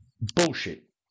bullshit